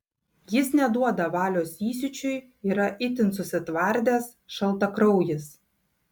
jis neduoda valios įsiūčiui yra itin susitvardęs šaltakraujis